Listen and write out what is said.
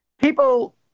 people